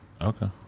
Okay